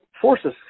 forces